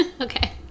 Okay